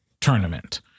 tournament